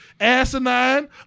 asinine